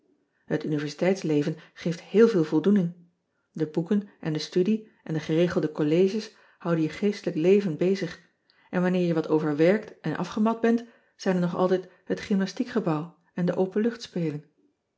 et universiteitsleven geeft heel veel voldoening e boeken en de studie en de geregelde colleges houden je geestelijk leven bezig en wanneer je wat overwerkt en afgemat bent zijn er nog altijd het gymnastiek gebouw en de